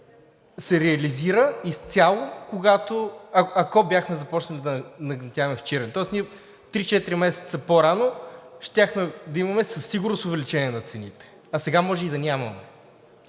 се реализира изцяло, ако бяхме започнали да нагнетяваме в Чирен. Тоест 3 – 4 месеца по-рано щяхме да имаме със сигурност увеличение на цените, а сега може и да нямаме.